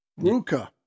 ruka